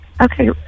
Okay